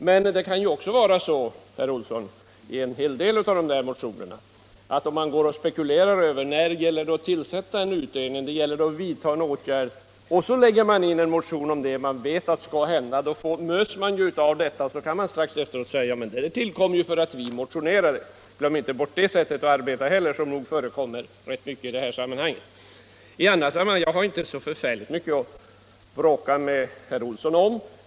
Men det kan också vara så, herr Olsson i Stockholm, att en hel del av motionerna föranleds av att man vet att en utredning skall tillsättas. Då kan man påstå att utredningen i fråga tillkom därför att man motionerade. Det är nog ett vanligt sätt på vilket motioner kommer till. I övrigt har jag inte så mycket att bråka med herr Olsson i Stockholm om.